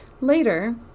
Later